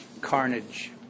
carnage